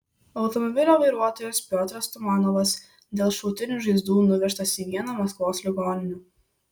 automobilio vairuotojas piotras tumanovas dėl šautinių žaizdų nuvežtas į vieną maskvos ligoninių